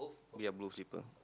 ya blue slipper